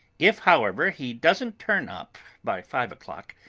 if, however, he doesn't turn up by five o'clock,